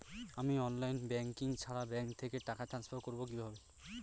আমি online banking ছাড়া bank থেকে টাকা ট্রান্সফার করবো কিভাবে?